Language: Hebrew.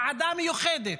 ועדה מיוחדת